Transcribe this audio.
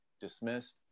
dismissed